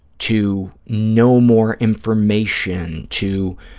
to know more information, to